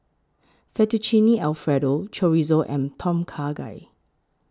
Fettuccine Alfredo Chorizo and Tom Kha Gai